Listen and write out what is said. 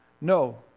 No